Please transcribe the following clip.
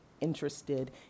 interested